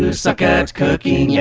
ah suck at cooking. yeah,